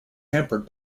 hampered